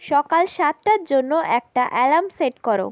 সকাল সাতটার জন্য একটা অ্যালার্ম সেট করো